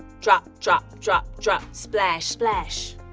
drop, drop, drop, drop. splash, splash,